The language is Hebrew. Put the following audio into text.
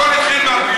הכול התחיל מהפינוי?